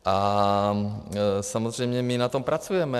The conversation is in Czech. A samozřejmě my na tom pracujeme.